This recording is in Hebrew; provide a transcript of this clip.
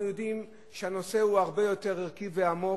אנחנו יודעים שהנושא הוא הרבה יותר ערכי ועמוק,